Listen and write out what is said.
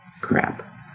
crap